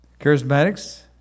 Charismatics